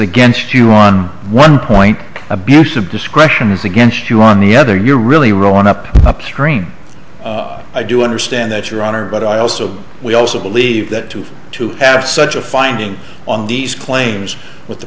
against you on one point abuse of discretion is against you on the other you're really wrong up upstream i do understand that your honor but i also we also believe that to to pass such a finding on these claims with the